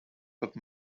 but